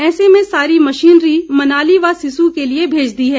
ऐसे में सारी मशीनरी मनाली व सिसू के लिए मेज दी है